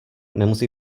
nemusí